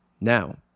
Now